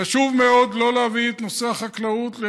חשוב מאוד לא להביא את נושא החקלאות,